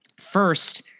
first